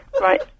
right